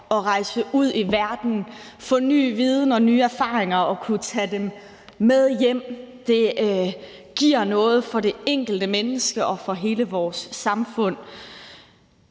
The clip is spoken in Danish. at rejse ud i verden, få ny viden og nye erfaringer og kunne tage dem med hjem. Det giver noget for det enkelte menneske og for hele vores samfund.